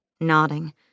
nodding